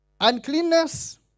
Uncleanness